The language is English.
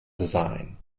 design